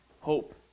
hope